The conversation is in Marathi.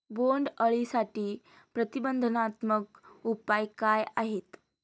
बोंडअळीसाठी प्रतिबंधात्मक उपाय काय आहेत?